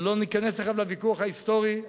לא ניכנס עכשיו לוויכוח ההיסטורי.